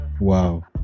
Wow